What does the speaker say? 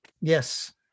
Yes